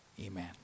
Amen